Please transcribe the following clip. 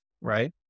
right